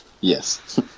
Yes